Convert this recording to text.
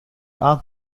aan